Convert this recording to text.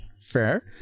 Fair